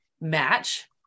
match